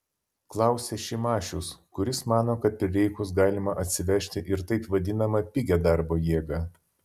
klausia šimašius kuris mano kad prireikus galima atsivežti ir taip vadinamą pigią darbo jėgą